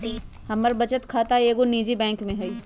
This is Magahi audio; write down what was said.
हमर बचत खता एगो निजी बैंक में हइ